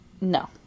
no